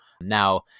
Now